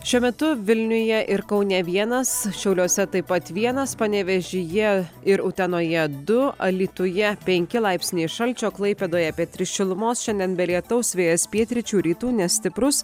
šiuo metu vilniuje ir kaune vienas šiauliuose taip pat vienas panevėžyje ir utenoje du alytuje penki laipsniai šalčio klaipėdoje apie tris šilumos šiandien be lietaus vėjas pietryčių rytų nestiprus